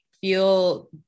feel